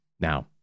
Now